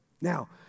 Now